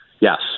Yes